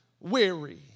weary